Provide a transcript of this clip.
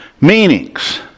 meanings